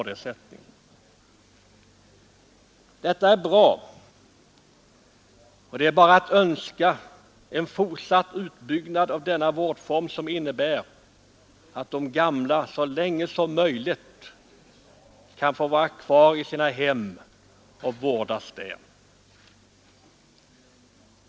Detta är bra och det är bara att önska en fortsatt utbyggnad av denna vårdform, som innebär att de gamla så länge som möjligt kan få vara kvar i sina hem och vårdas där.